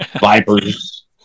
Vipers